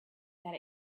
that